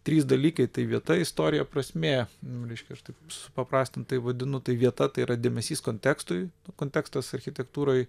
trys dalykai tai vieta istorija prasmė reiškia aš taip supaprastintai vadinu tai vieta tai yra dėmesys kontekstui kontekstas architektūroj